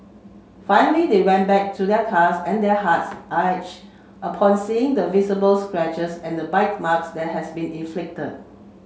finally they went back to their cars and their hearts ache upon seeing the visible scratches and bite marks that had been inflict